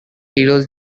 heroes